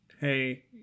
hey